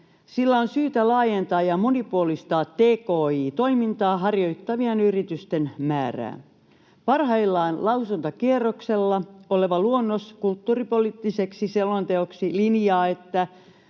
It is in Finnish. sillä on syytä laajentaa ja monipuolistaa tki-toimintaa harjoittavien yritysten määrää. Parhaillaan lausuntokierroksella oleva luonnos kulttuuripoliittiseksi selonteoksi linjaa, että